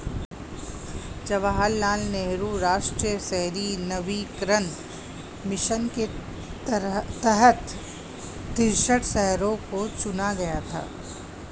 जवाहर लाल नेहरू राष्ट्रीय शहरी नवीकरण मिशन के तहत तिरेसठ शहरों को चुना गया था